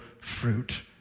fruit